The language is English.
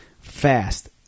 fast